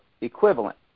equivalent